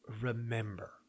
remember